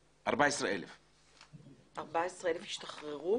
14,000. 14,000 השתחררו?